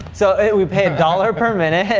so, we pay a dollar per minute,